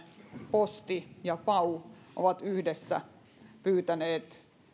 posti ja pau ovat yhdessä pyytäneet